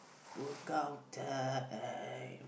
World Cup time I